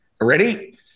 ready